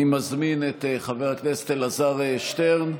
אני מזמין את חבר הכנסת אלעזר שטרן.